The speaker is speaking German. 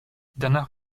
danach